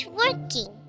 working